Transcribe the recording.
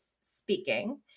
speaking